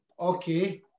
Okay